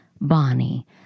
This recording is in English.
Bonnie